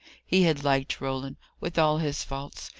he had liked roland with all his faults,